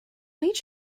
meet